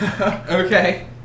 Okay